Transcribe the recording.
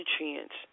nutrients